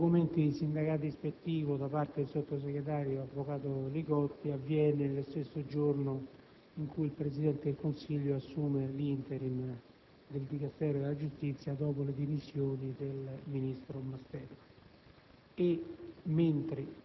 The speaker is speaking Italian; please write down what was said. La risposta agli atti di sindacato ispettivo da parte del signor sottosegretario, avvocato Li Gotti, viene fornita lo stesso giorno in cui il Presidente del Consiglio assume l'*interim* del Dicastero della giustizia dopo le dimissioni del ministro Mastella